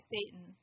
Satan